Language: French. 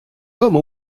hommes